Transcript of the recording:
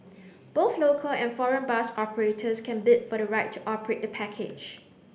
both local and foreign bus operators can bid for the right to operate the package